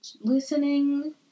listening